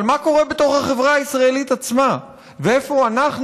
אבל מה קורה בתוך החברה הישראלית עצמה ואיפה אנחנו,